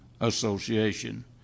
Association